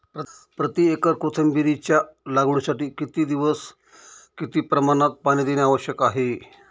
प्रति एकर कोथिंबिरीच्या लागवडीसाठी किती दिवस किती प्रमाणात पाणी देणे आवश्यक आहे?